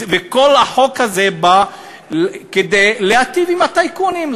כל החוק הזה בא להיטיב עם הטייקונים,